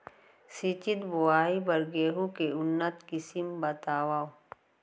सिंचित बोआई बर गेहूँ के उन्नत किसिम बतावव?